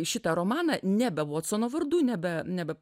šitą romaną nebe vatsono vardu nebe